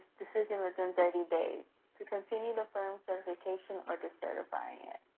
decision within thirty days to continue the firm certification or decertifying it.